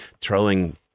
throwing